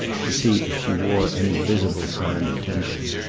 to see if she wore any visible sign of tension.